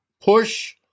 push